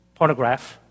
pornograph